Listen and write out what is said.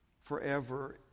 forever